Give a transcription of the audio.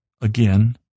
again